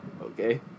Okay